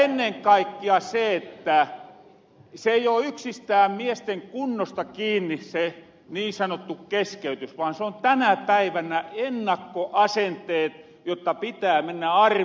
ennen kaikkia ei oo yksistään miesten kunnosta kiinni se niin sanottu keskeytys vaan se on tänä päivänä ennakkoasenteet jotta pitää mennä armeijahan